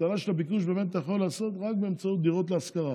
הקטנה של הביקוש אתה יכול לעשות רק באמצעות דירות להשכרה.